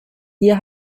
hier